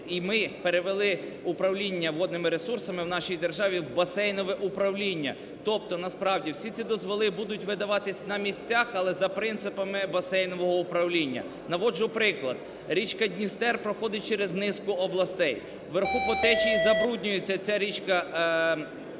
І ми перевели управління водними ресурсами в нашій державі в басейнове управління. Тобто насправді всі ці дозволи будуть видаватись на місцях, але за принципами басейнового управління. Наводжу приклад. Річка Дністер проходить через низку областей. Вверху по течії забруднюється ця річка, вверху